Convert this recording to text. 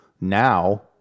now